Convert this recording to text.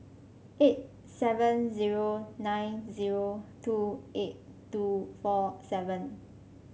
eight seven zero nine zero two eight two four seven